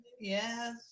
yes